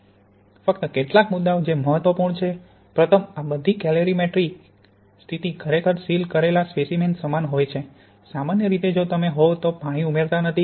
ફક્ત કેટલાક મુદ્દાઓ જે મહત્વપૂર્ણ છે પ્રથમ આ બધી કેલરીમેટ્રિક સ્થિતિ ખરેખર સીલ કરેલા સ્પેસીમેન સમાન હોય છે સામાન્ય રીતે જો તમે હોવ તો પાણી ઉમેરતા નથી